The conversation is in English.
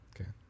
Okay